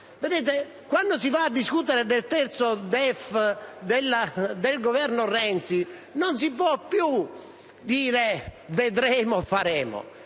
Ma quando si va a discutere del terzo DEF del Governo Renzi non si può più dire «vedremo», «faremo»;